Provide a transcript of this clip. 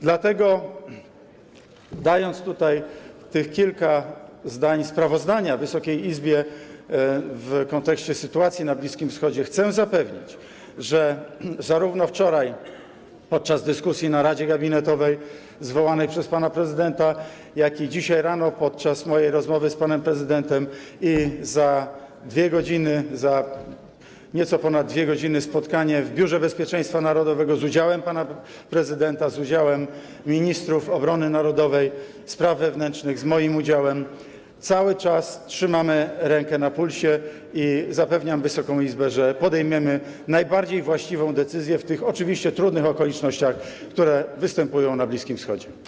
Dlatego przedstawiając tutaj tych kilka zdań sprawozdania Wysokiej Izbie w kontekście sytuacji na Bliskim Wschodzie, chcę zapewnić, że zarówno wczoraj podczas dyskusji w Radzie Gabinetowej zwołanej przez pana prezydenta, jak i dzisiaj rano podczas mojej rozmowy z panem prezydentem i za nieco ponad 2 godziny na spotkaniu w Biurze Bezpieczeństwa Narodowego, z udziałem pana prezydenta, z udziałem ministrów obrony narodowej oraz spraw wewnętrznych, z moim udziałem - cały czas trzymamy rękę na pulsie i zapewniam Wysoką Izbę, że podejmiemy najbardziej właściwą decyzję w tych oczywiście trudnych okolicznościach, jakie występują na Bliskim Wschodzie.